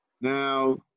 Now